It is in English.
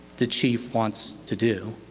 the chief wants to do?